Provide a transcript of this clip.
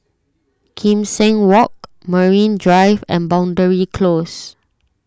Kim Seng Walk Marine Drive and Boundary Close